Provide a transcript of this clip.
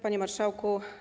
Panie Marszałku!